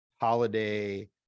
holiday